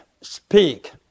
speak